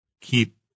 keep